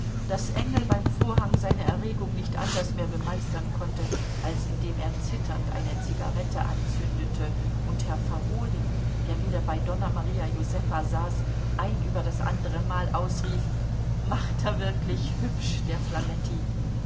daß engel beim vorhang seine erregung nicht anders mehr bemeistern konnte als indem er zitternd eine zigarette anzündete und herr farolyi der wieder bei donna maria josefa saß ein über das andere mal ausrief macht er wirklich hübsch der